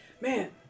Man